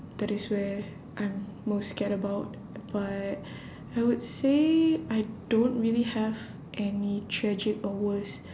that is where I'm most scared about but I would say I don't really have any tragic or worst